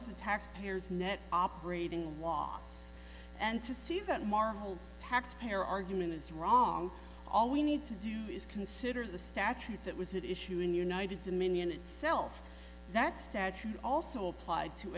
is the taxpayers net operating loss and to see that marvel's tax payer argument is wrong all we need to do is consider the statute that was it issuing united to minyan itself that statute also applied to